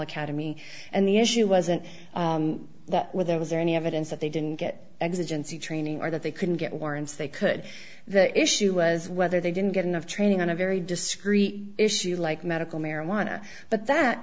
academy and the issue wasn't that where there was any evidence that they didn't get exigency training or that they couldn't get warrants they could the issue was whether they didn't get enough training on a very discrete issue like medical marijuana but that